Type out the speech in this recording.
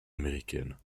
américaine